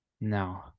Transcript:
no